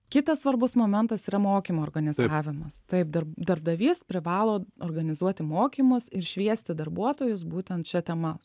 kitas svarbus momentas yra mokymų organizavimas taip dar darbdavys privalo organizuoti mokymus ir šviesti darbuotojus būtent šia tema